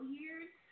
years